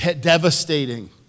devastating